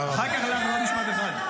עוד משפט אחד.